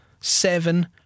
seven